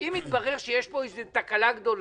ואם יתברר שיש פה איזה תקלה גדולה